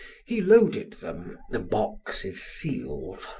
he loaded them. the box is sealed.